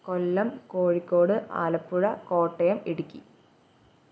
Kollam Kozhikode Alappuzha Kottayam Idukki